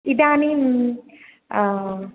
इदानीम्